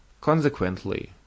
Consequently